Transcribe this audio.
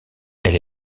elle